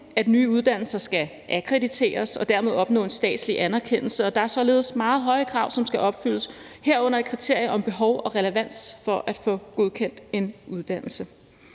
skal nye uddannelser akkrediteres og dermed opnå en statslig anerkendelse, og der er således meget høje krav, som skal opfyldes, herunder et kriterie om behov og relevans, for at få godkendt en uddannelse.